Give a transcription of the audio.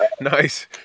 nice